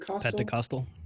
Pentecostal